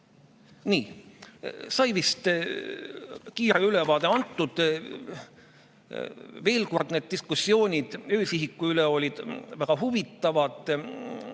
Nii. Sai vist kiire ülevaade antud. Veel kord: need diskussioonid öösihiku üle olid väga huvitavad.